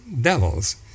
devils